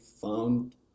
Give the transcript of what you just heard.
found